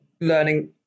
learning